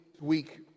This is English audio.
week